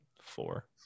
four